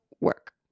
work